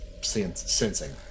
sensing